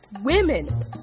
women